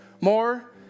more